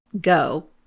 go